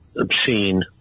obscene